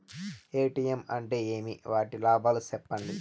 ATM అంటే ఏమి? వాటి లాభాలు సెప్పండి